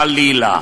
חלילה.